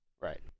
Right